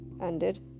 ended